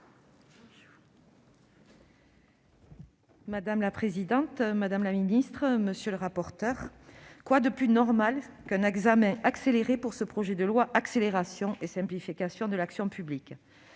Madame la présidente, madame la ministre, mes chers collègues, quoi de plus normal qu'un examen accéléré pour ce projet de loi d'accélération et de simplification de l'action publique ?